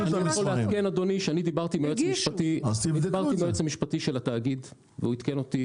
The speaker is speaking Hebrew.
אני דיברתי עם היועץ המשפטי של התאגיד והוא עדכן אותי